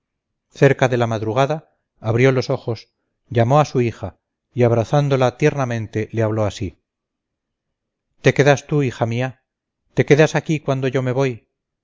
cerca de la madrugada abrió los ojos llamó a su hija y abrazándola tiernamente le habló así te quedas tú hija mía te quedas aquí cuando yo me voy